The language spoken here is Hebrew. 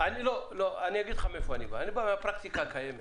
תסבירי מה קובע הסעיף